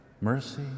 mercy